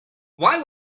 why